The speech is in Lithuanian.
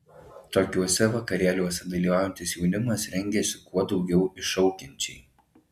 tokiuose vakarėliuose dalyvaujantis jaunimas rengiasi kuo daugiau iššaukiančiai